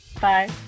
Bye